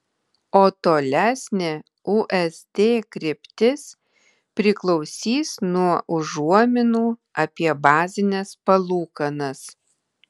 o tolesnė usd kryptis priklausys nuo užuominų apie bazines palūkanas